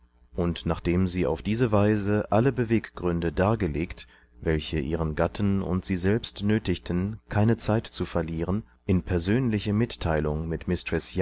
und nachdem sie auf diese weise alle beweggründe dargelegt welche ihren gatten und sie selbst nötigten keine zeit zu verlieren inpersönlichemitteilungmitmistreßjazephzutreten